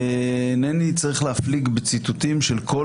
אינני צריך להפליג בציטוטים של כל